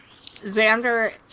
Xander